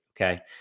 Okay